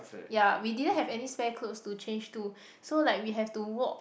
ya we didn't have any spare clothes to change to so like we have to walk